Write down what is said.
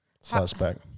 suspect